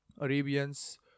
Arabians